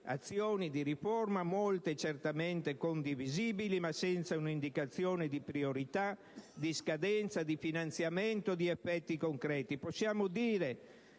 azioni di riforma, molte certamente condivisibili, ma senza un'indicazione di priorità, di scadenza, di finanziamento, di effetti concreti. Possiamo dire,